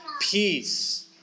peace